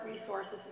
resources